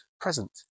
present